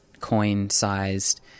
coin-sized